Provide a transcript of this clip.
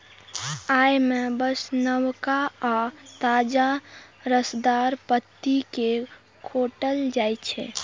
अय मे बस नवका आ ताजा रसदार पत्ती कें खोंटल जाइ छै